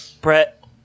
Brett